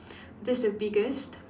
that's the biggest